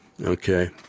okay